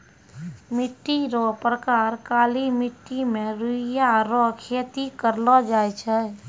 मिट्टी रो प्रकार काली मट्टी मे रुइया रो खेती करलो जाय छै